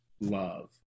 love